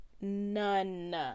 none